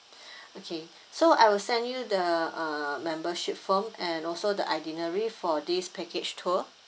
okay so I will send you the uh membership form and also the itinerary for this package tour